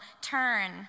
turn